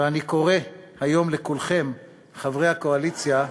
ואני קורא היום לכולכם, חברי הקואליציה,